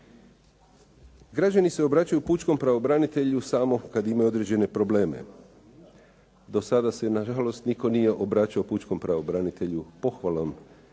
Građani se obraćaju pučkom pravobranitelju samo kad imaju određene probleme. Do sada se nažalost nitko nije obraćao pučkom pravobranitelju pohvalom